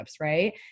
right